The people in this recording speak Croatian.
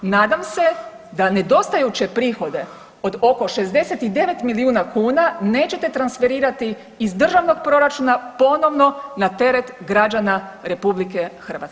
Nadam se da nedostajuće prihode od oko 69 milijuna kuna nećete transferirati iz državnog proračuna ponovno na teret građana RH.